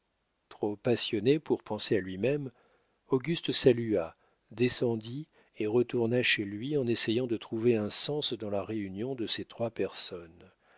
trop passionné pour penser à lui-même auguste salua descendit et retourna chez lui en essayant de trouver un sens dans la réunion de ces trois personnes